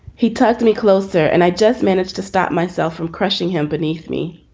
he talked me closer and i just managed to stop myself from crushing him beneath me.